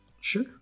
Sure